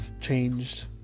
changed